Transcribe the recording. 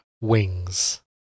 wings